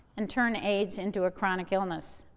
and turn aids into a chronic illness.